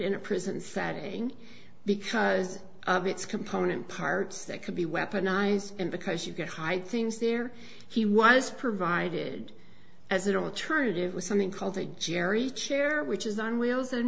in a prison setting because of its component parts that could be weaponized and because you can hide things there he was provided as an alternative with something called a jerry chair which is on wheels